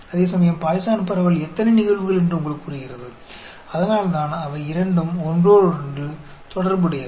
அதேசமயம் பாய்சான் பரவல் எத்தனை நிகழ்வுகள் என்று உங்களுக்குக் கூறுகிறது அதனால்தான் அவை இரண்டும் ஒன்றோடொன்று தொடர்புடையவை